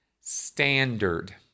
standard